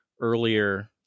earlier